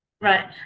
Right